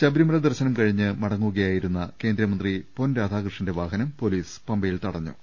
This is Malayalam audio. ശബരിമല ദർശനം കഴിഞ്ഞ് മടങ്ങുകയായിരുന്ന കേന്ദ്രമന്ത്രി പൊൻ രാധാകൃഷ്ണന്റെ വാഹനം പൊലീസ് പമ്പയിൽ തട ഞ്ഞു